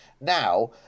Now